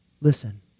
Listen